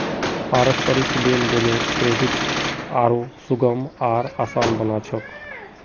पारस्परिक लेन देनेर क्रेडित आरो सुगम आर आसान बना छेक